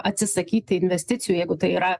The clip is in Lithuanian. atsisakyti investicijų jeigu tai yra